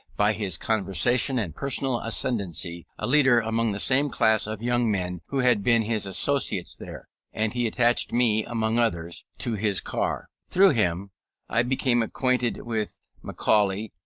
by his conversation and personal ascendency, a leader among the same class of young men who had been his associates there and he attached me among others to his car. through him i became acquainted with macaulay,